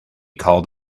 called